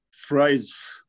Fries